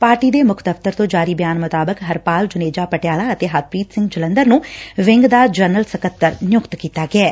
party ਦੇ ਮੁੱਖ ਦਫਤਰ ਤੋਂ ਜਾਰੀ ਬਿਆਨ ਮੁਤਾਬਿਕ ਹਰਪਾਲ ਜੁਨੇਜਾ ਪਟਿਆਲਾ ਅਤੇ ਹਰਪੀਤ ਸਿੰਘ ਜਲੰਧਰ ਨੂੰ ਵਿੰਗ ਦਾ ਜਨਰਲ ਸਕੱਤਰ ਨਿਯੁਕਤ ਕੀਤਾ ਗਿਐ